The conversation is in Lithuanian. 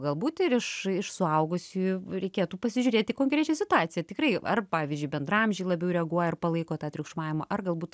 galbūt ir iš iš suaugusiųjų reikėtų pasižiūrėt į konkrečią situaciją tikrai ar pavyzdžiui bendraamžiai labiau reaguoja ir palaiko tą triukšmavimą ar galbūt